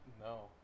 No